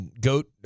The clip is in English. Goat